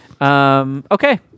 okay